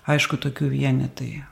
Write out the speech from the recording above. aišku tokių vienetai